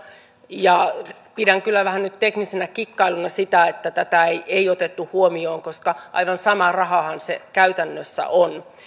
ja pidän kyllä vähän nyt teknisenä kikkailuna sitä että tätä ei ei otettu huomioon koska aivan sama rahahan se käytännössä on